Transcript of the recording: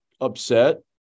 upset